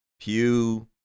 Pew